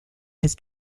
has